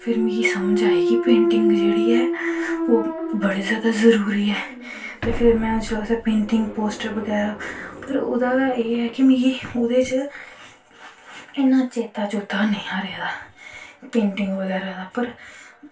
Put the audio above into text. फिर मिगी पता लग्गी कि पेंटिंग जेह्ड़ी बड़ी जादा जरूरी ऐ ते फिर जिसलै में पेंटिंग पोस्टर बगैरा पर ओह्दै एह् ऐ कि मिगी ओह्दे च इन्नां चेत्त चूत्ता नी रेह् दा हा पेंटिंग बगैरा दा पर